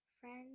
Friends